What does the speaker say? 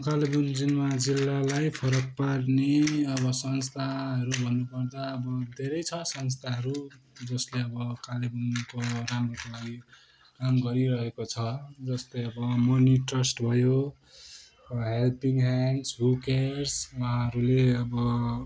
कालेबुङ जिल्ला जिल्लालाई फरक पार्ने अब संस्थाहरू भन्नुपर्दा अब धेरै छ संस्थाहरू जस्ले अब कालेबुङको राम्रोको लागि काम गरि रहेको छ जस्तै अब मनी ट्रस्ट भयो हेल्पिङ हेन्ड्स हु केयर्स उहाँहरूले अब